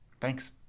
Thanks